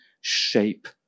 shape